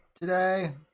today